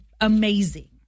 Amazing